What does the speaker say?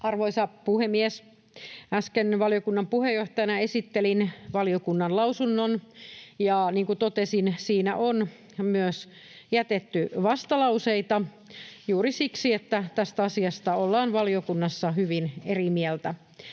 Arvoisa puhemies! Äsken valiokunnan puheenjohtajana esittelin valiokunnan mietinnön, ja niin kuin totesin, siihen on myös jätetty vastalauseita juuri siksi, että tästä asiasta ollaan valiokunnassa hyvin eri mieltä.